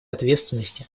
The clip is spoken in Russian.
ответственности